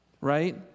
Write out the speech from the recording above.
right